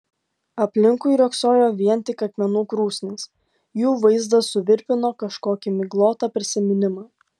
aplinkui riogsojo vien tik akmenų krūsnys jų vaizdas suvirpino kažkokį miglotą prisiminimą